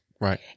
Right